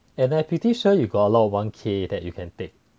and I am pretty sure you got a lot of one K that you can take